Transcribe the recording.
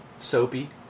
soapy